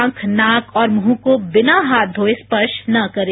आंख नाक और मृह को बिना हाथ धोये स्पर्श न करें